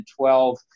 2012